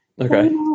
okay